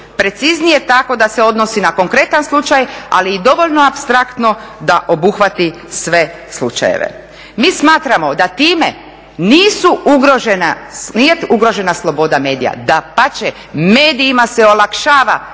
Preciznije tako da se odnosi na konkretan slučaj, ali i dovoljno apstraktno da obuhvati sve slučajeve. Mi smatramo da time nije ugrožena sloboda medija, dapače medijima se olakšava